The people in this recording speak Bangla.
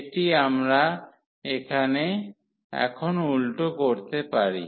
এটি আমরা এখন উল্টো করতে পারি